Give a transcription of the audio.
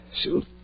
Shoot